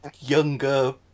younger